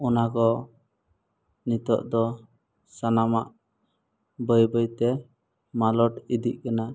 ᱚᱱᱟᱠᱚ ᱱᱤᱛᱚᱜ ᱫᱚ ᱥᱟᱱᱟᱢᱟᱜ ᱵᱟᱹᱭᱼᱵᱟᱹᱭᱛᱮ ᱢᱟᱞᱚᱴ ᱤᱫᱤᱜ ᱠᱟᱱᱟ